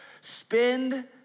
spend